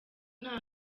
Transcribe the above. nta